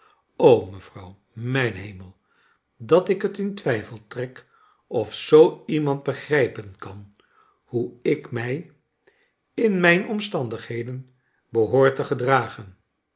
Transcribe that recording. mevrouw mijn hemel dat ik het in twijfel trek of zoo iemand begrijpen kan hoe ik mij in mijn omstandigheden behoor te gedragen